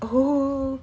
oh